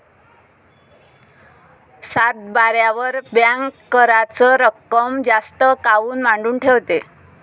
सातबाऱ्यावर बँक कराच रक्कम जास्त काऊन मांडून ठेवते?